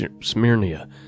Smyrna